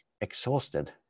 exhausted